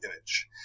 image